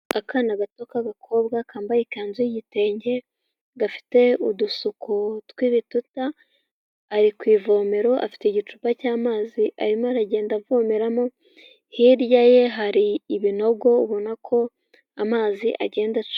Akana gato k'agakobwa kambaye ikanzu y'igitenge, gafite udusuko tw'ibituta, ari ku ivomero afite igicupa cy'amazi arimo aragenda avomera, hirya ye hari ibinogo ubona ko amazi agenda aca.